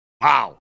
Wow